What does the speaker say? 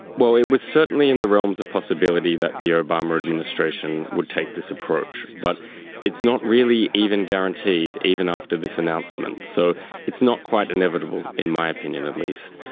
well, it was certainly in the realms of possibility that the obama administration would take this approach, but it's not really even guaranteed, even after this announcement. so it's not quite inevitable, in my opinion at least,